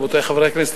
רבותי חברי הכנסת,